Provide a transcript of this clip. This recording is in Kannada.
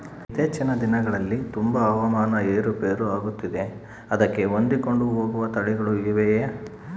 ಇತ್ತೇಚಿನ ದಿನಗಳಲ್ಲಿ ತುಂಬಾ ಹವಾಮಾನ ಏರು ಪೇರು ಆಗುತ್ತಿದೆ ಅದಕ್ಕೆ ಹೊಂದಿಕೊಂಡು ಹೋಗುವ ತಳಿಗಳು ಇವೆಯಾ?